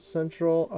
Central